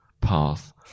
path